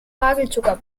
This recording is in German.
hagelzucker